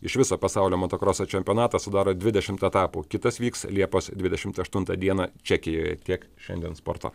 iš viso pasaulio motokroso čempionatą sudaro dvidešimt etapų kitas vyks liepos dvidešimt aštuntą dieną čekijoje tiek šiandien sporto